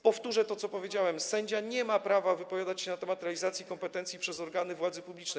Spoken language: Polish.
Powtórzę to, co powiedziałem: sędzia nie ma prawa wypowiadać się na temat realizacji kompetencji przez organy władzy publicznej.